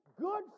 good